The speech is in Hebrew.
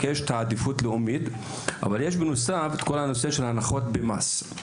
יש עדיפות לאומית אבל יש בנוסף את כל הנושא של הנחות במס,